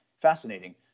fascinating